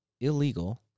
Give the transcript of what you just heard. illegal